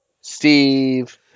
Steve